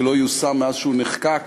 שלא יושם מאז נחקק,